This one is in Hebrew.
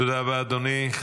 תודה רבה, אדוני.